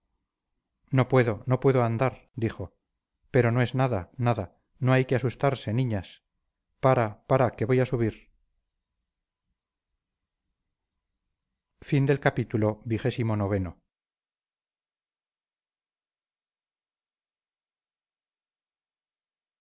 no puedo no puedo andar dijo pero no es nada nada no hay que asustarse niñas para para que voy a subir